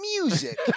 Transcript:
music